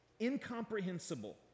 incomprehensible